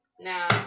now